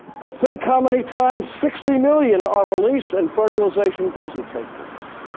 but think how many times sixty million are released and fertilization doesn't take place.